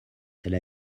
elle